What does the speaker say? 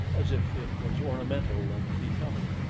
as if it was ornamental and becoming?